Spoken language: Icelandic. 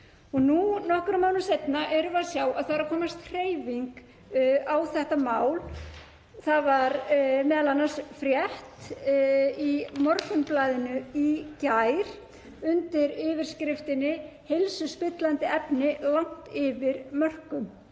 Nú, nokkrum árum seinna, erum við að sjá að það er að komast hreyfing á þetta mál. Það var m.a. í frétt í Morgunblaðinu í gær undir yfirskriftinni „Heilsuspillandi efni langt yfir mörkum“.